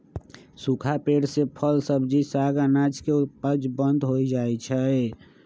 सूखा पेड़ से फल, सब्जी, साग, अनाज के उपज बंद हो जा हई